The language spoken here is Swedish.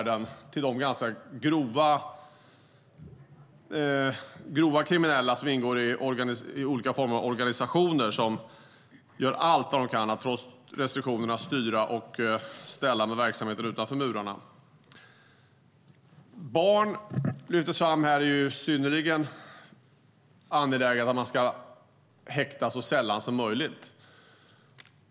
Det finns ganska grovt kriminella som ingår i olika organisationer som trots restriktioner gör allt de kan för att styra och ställa i verksamheter utanför murarna. Det lyftes fram här att det är synnerligen angeläget att barn häktas så sällan som möjligt.